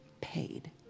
paid